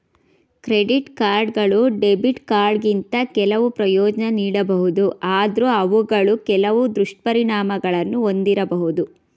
credit ಕಾರ್ಡ್ಗಳು debit ಕಾರ್ಡ್ಗಿಂತ ಕೆಲವು ಪ್ರಯೋಜ್ನ ನೀಡಬಹುದು ಆದ್ರೂ ಅವುಗಳು ಕೆಲವು ದುಷ್ಪರಿಣಾಮಗಳನ್ನು ಒಂದಿರಬಹುದು